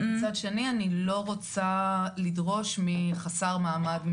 בעיקר כשזה נוגע לחסרי מעמד,